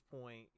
point